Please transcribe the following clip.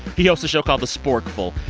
he hosts a show called the sporkful.